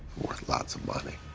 worth lots of money,